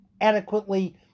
adequately